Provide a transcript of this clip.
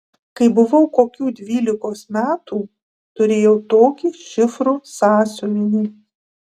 kai buvau kokių dvylikos metų turėjau tokį šifrų sąsiuvinį